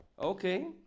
Okay